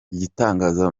igitangaza